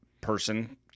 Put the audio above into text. person